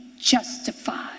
justified